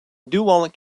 dual